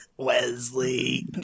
Wesley